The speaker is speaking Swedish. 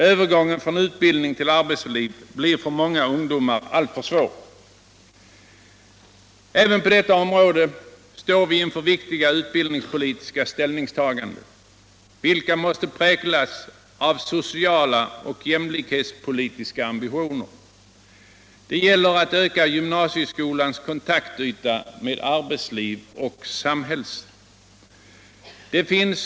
Övergången från utbildning till arbetsliv blir för många ungdomar alltför svår. Även på deua område står vi inför viktiga utbildningspolitiska ställningstaganden. vilka måste präglas av sociala och jämlikhetspolitiska ambitioner. Det giller avv öka gymnasieskolans kontaktyta med arbetsliv och samhälle.